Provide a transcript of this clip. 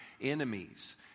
enemies